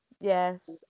yes